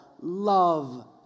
love